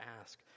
ask